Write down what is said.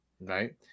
right